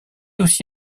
aussi